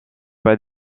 pas